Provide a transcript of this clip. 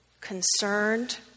concerned